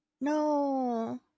No